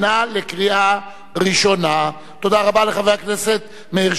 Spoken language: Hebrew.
29 בעד,